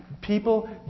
People